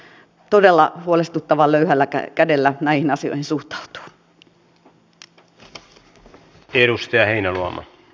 nyt tietenkin tämä hallitus todella huolestuttavan löyhällä kädellä näihin asioihin suhtautuu